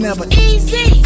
easy